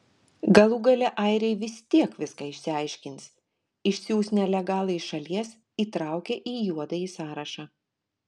galų gale airiai vis tiek viską išsiaiškins išsiųs nelegalą iš šalies įtraukę į juodąjį sąrašą